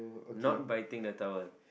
not biting the towel